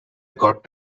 got